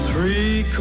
Three